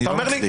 אני לא מצדיק.